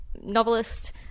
novelist